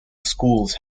schools